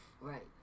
Right